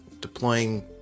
deploying